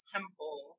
Temple